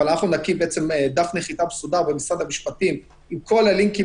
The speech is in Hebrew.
אבל אנחנו נקים דף נחיתה מסודר במשרד המשפטים עם כל הלינקים